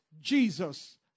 Jesus